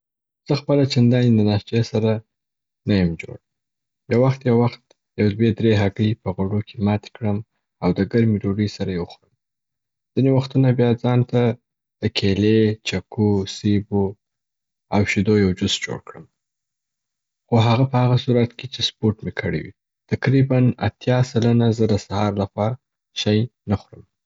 زه خپله چنداني د ناشتې سره نه یم جوړ. یو وخت یو وخت یو دوې درې هګۍ په غوړو کي ماتې کړم او د ګرمې ډوډۍ سره یې وخورم. ځیني وختونه بیا ځان ته د کیلي، چکو، سیبو او شیدو یو جوس جوړ کړم، خو هغه په هغه صورت کې چې سپورټ مي کړي وی. تقریباً اتیا سلنه زه د سهار له خوا شی نه خورم.